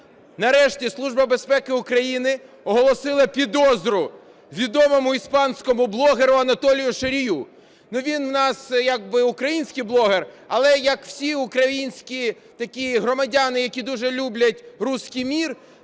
Нарешті Служба безпеки України оголосила підозру відомому іспанському блогеру Анатолію Шарію. Він у нас як би українських блогер, але як всі українські такі громадяни, які дуже люблять "русский мир",